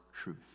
truth